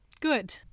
Good